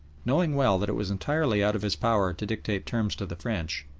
knowing well that it was entirely out of his power to dictate terms to the french,